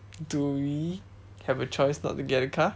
do we have a choice not to get a car